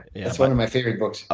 that's one of my favorite books.